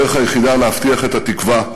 זוהי הדרך היחידה להבטיח את התקווה,